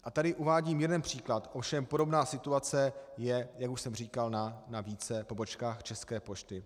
A tady uvádím jeden příklad, ovšem podobná situace je, jak už jsem říkal, na více pobočkách České pošty.